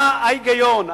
מה ההיגיון?